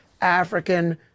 african